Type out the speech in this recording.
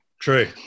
True